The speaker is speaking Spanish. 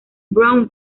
brown